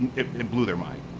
it blew their mind.